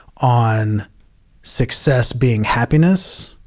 on success being happiness,